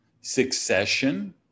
Succession